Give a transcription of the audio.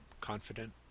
Confident